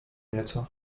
nieco